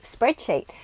spreadsheet